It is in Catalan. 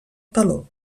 taló